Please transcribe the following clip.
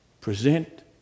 Present